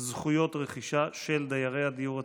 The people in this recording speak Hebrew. זכויות רכישה של דיירי הדיור הציבורי.